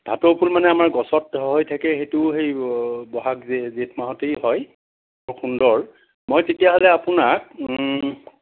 ভাতৌ ফুল মানে আমাৰ গছত হৈ থাকে সেইটো সেই ব'হাগ জেঠ মাহতেই হয় খুব সুন্দৰ মই তেতিয়াহ'লে আপোনাক